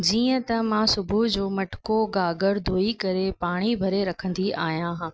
जीअं त मां सुबुह जो मटिको घाघरि धोई करे पाणी भरे रखंदी आहियां